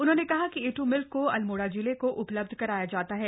उन्होंने कहा कि ए टू मिल्क को अल्मोड़ा जिले को उपलब्ध कराया जाता है